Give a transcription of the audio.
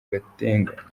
gatenga